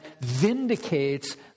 vindicates